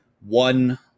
one